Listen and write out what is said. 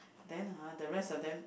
then !huh! the rest of them